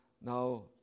now